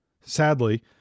Sadly